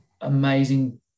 amazing